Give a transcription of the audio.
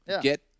Get